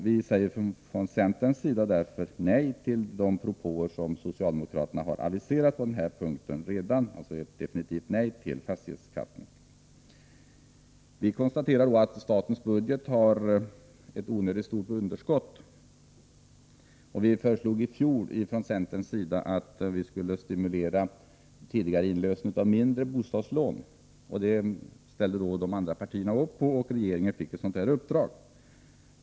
Vi säger från centerns sida nej till de propåer som socialdemokraterna har aviserat på den punkten — alltså definitivt nej till fastighetsskatten. Vi konstaterar att statens budget har ett onödigt stort underskott, och vi föreslog i fjol från centerns sida att man skulle stimulera tidigare inlösen av mindre bostadslån. Det ställde de andra partierna upp på, och regeringen fick i uppdrag att ombesörja detta.